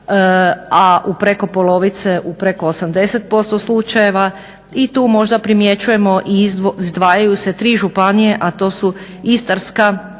a u preko polovice u preko 80% slučajeva. I tu možda primjećujemo i izdvajaju se tri županije a to su Istarska,